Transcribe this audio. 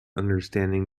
understanding